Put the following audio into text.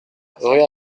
rue